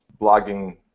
blogging